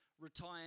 retire